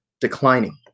declining